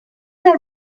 that